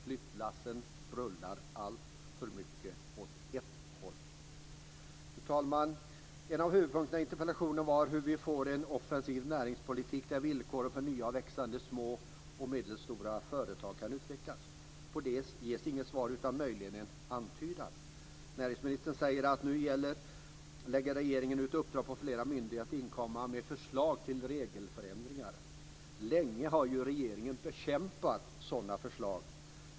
Flytlassen rullar alltför mycket åt ett håll. En av huvudpunkterna i interpellationen var hur vi får en offensiv näringspolitik, där villkoren för nya och växande små och medelstora företag kan utvecklas. På det ges inget svar utan möjligen en antydan. Näringsministern säger att regeringen nu lägger ut uppdrag på flera myndigheter att inkomma med förslag till regelförändringar. Länge har ju regeringen bekämpat sådana förslag.